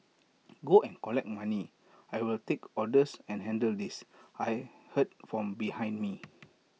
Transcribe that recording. go and collect money I'll take orders and handle this I heard from behind me